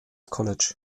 college